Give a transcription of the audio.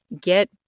get